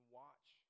watch